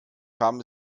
kam